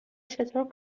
چطور